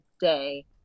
day